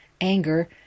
anger